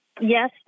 yes